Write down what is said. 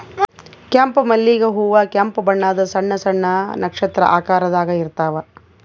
ಕೆಂಪ್ ಮಲ್ಲಿಗ್ ಹೂವಾ ಕೆಂಪ್ ಬಣ್ಣದ್ ಸಣ್ಣ್ ಸಣ್ಣು ನಕ್ಷತ್ರ ಆಕಾರದಾಗ್ ಇರ್ತವ್